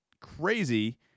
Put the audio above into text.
crazy